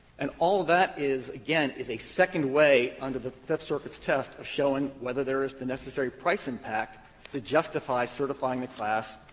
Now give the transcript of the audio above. and all that is, again, is a second way under the fifth circuit's test of showing whether there is the necessary price impact to justify certifying a class,